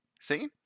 See